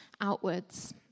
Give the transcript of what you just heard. outwards